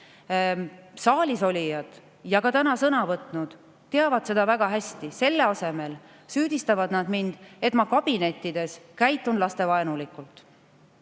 Saalis olijad ja ka täna sõna võtnud teavad seda väga hästi. Selle asemel süüdistavad nad mind, et ma kabinettides käitun lastevaenulikult. Energiahinnad.